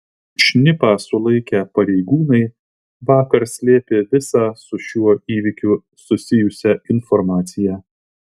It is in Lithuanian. šnipą sulaikę pareigūnai vakar slėpė visą su šiuo įvykiu susijusią informaciją